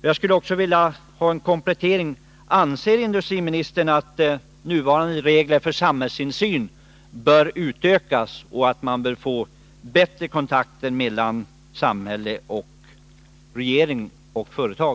och jag skulle vilja ha en kompletterande upplysning: Anser industriministern att nuvarande regler för samhällsinsyn bör skärpas och att man bör få bättre kontakter mellan samhälle, regering och företag?